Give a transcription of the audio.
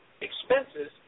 expenses